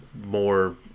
more